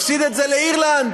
נפסיד את זה לאירלנד.